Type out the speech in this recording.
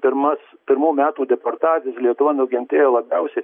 pirmas pirmų metų deportacijas lietuva nukentėjo labiausiai